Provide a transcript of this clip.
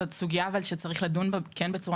אבל זאת סוגיה שכן צריך לדון בה בצורה